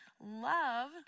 love